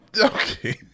Okay